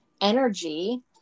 energy